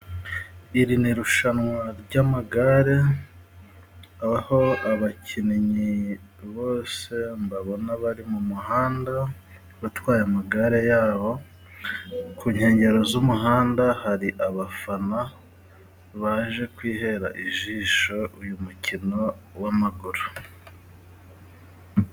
Iri ni irushanwa ry'amagare aho abakinnyi bose mbabona bari mu muhanda batwaye amagare yabo ku nkengero z'umuhanda, hari abafana baje kwihera ijisho uyu mukino w'amaguru.